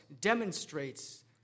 demonstrates